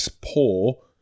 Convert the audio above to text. poor